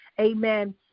amen